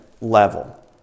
level